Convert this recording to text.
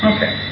Okay